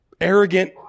arrogant